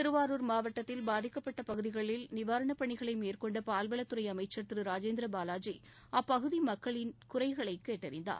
திருவாரூர் மாவட்டத்தில் பாதிக்கப்பட்ட பகுதிகளில் நிவாரணப் பணிகளை மேற்கொண்ட பால்வளத்துறை அமைச்சர் திரு ராஜேந்திர பாலாஜி அப்பகுதி மக்களின் குறைகளை கேட்டறிந்தார்